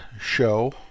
show